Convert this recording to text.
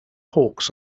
hawks